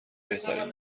بهترین